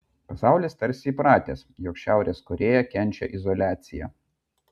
pasaulis tarsi įpratęs jog šiaurės korėja kenčia izoliaciją